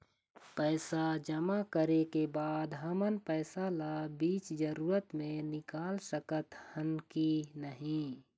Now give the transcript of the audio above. पैसा जमा करे के बाद हमन पैसा ला बीच जरूरत मे निकाल सकत हन की नहीं?